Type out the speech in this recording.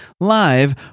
live